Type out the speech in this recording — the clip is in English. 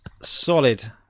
Solid